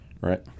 right